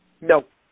Nope